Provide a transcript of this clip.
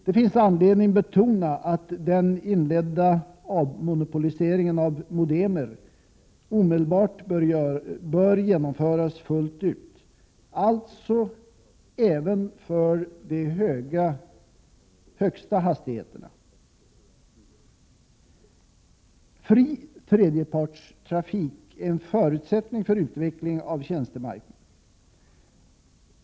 Det finns anledning betona att den inledda avmonopoliseringen av modemer omedelbart bör genomföras fullt ut, alltså även för de högsta hastigheterna. Fri tredjepartstrafik är en förutsättning för utveckling av tjänstemarknaden.